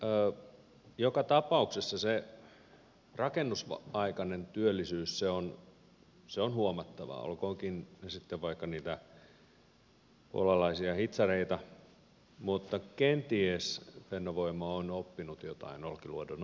no joka tapauksessa se rakennusaikainen työllisyys on huomattavaa olkoonkin se sitten vaikka niitä puolalaisia hitsareita mutta kenties fennovoima on oppinut jotain olkiluodon ongelmista